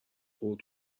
خورد